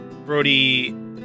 Brody